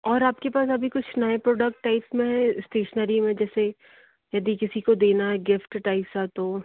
और आपके पास अभी कुछ नए प्रोडक्ट टैफ़ में है इस्टिशनरी में जैसे यदी किसी को देना है गिफ्ट टैप सा तो